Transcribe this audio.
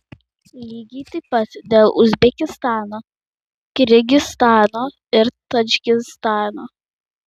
lygiai taip pat dėl uzbekistano kirgizstano ir tadžikistano